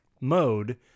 mode